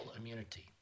immunity